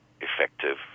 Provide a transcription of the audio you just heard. effective